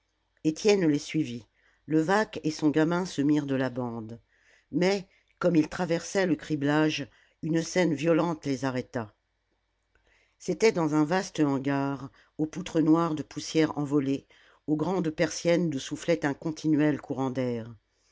étienne les suivit levaque et son gamin se mirent de la bande mais comme ils traversaient le criblage une scène violente les arrêta c'était dans un vaste hangar aux poutres noires de poussière envolée aux grandes persiennes d'où soufflait un continuel courant d'air